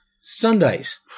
Sundays